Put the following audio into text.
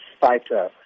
fighter